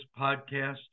podcast